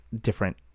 different